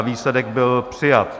Výsledek byl přijat.